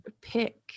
pick